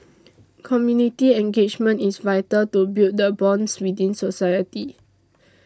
community engagement is vital to build the bonds within society